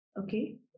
Okay